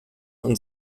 und